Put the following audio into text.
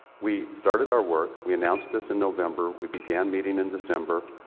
we started our work. we announced this in november. we began meeting in december.